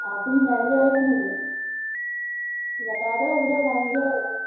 আপুনি গাড়ী লৈ আহিব নেকি যাতায়তৰ সুবিধা